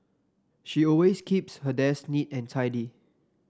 she always keeps her desk neat and tidy